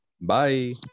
bye